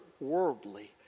Worldly